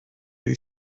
iddi